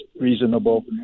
reasonable